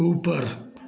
ऊपर